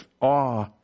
awe